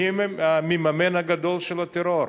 מי המממן הגדול של הטרור?